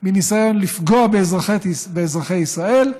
בניסיון לפגוע באזרחי ישראל,